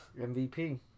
MVP